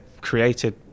created